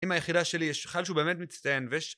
אם היחידה שלי יש חייל שהוא באמת מצטיין ו...